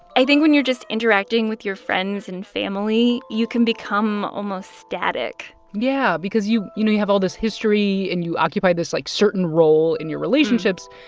i think when you're just interacting with your friends and family, you can become almost static yeah because, you you know, you have all this history and you occupy this, like, certain role in your relationships.